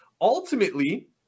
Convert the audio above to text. ultimately